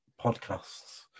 podcasts